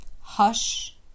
hush